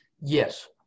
Yes